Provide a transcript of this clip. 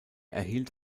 erhielt